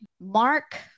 Mark